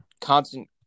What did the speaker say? constant